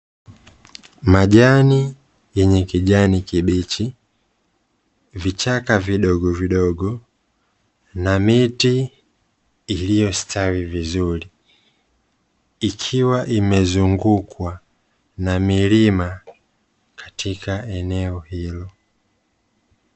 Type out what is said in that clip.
Majani yenye kijani kibichi, vichaka vidogo vidogo na miti iliyostawi vizuri, ikiwa imezungukwa na milima katika eneo hilo.